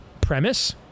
premise